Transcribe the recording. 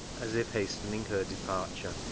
as if hastening her departure.